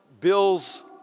Bill's